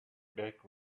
back